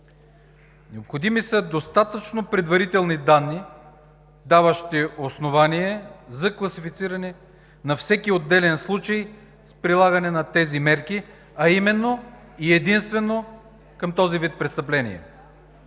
Необходими са достатъчно предварителни данни, даващи основание за класифициране на всеки отделен случай с прилагане на тези мерки, а именно и единствено към този вид престъпления.